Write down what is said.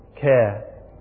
care